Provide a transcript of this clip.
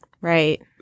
Right